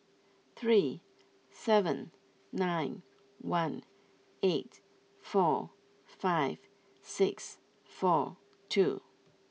three seven nine one eight four five six four two